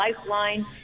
lifeline